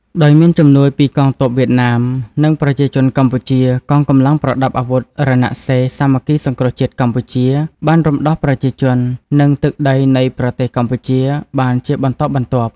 ដោយមានជំនួយពីកងទ័ពវៀតណាម និងប្រជាជនកម្ពុជា កងកម្លាំងប្រដាប់អាវុធរណសិរ្សសាមគ្គីសង្គ្រោះជាតិកម្ពុជា បានរំដោះប្រជាជន និងទឹកដីនៃប្រទេសកម្ពុជាបានជាបន្តបន្ទាប់។